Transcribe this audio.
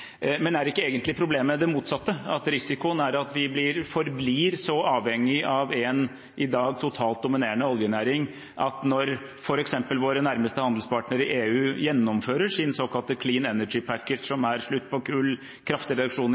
Men er ikke problemet egentlig det motsatte, at vi risikerer å forbli så avhengig av en i dag totalt dominerende oljenæring at når f.eks. våre nærmeste handelspartnere i EU gjennomfører sin såkalte «Clean Energy Package» – som er slutt på kull,